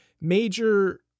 major